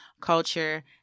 culture